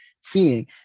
seeing